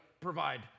provide